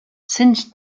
since